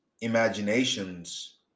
imaginations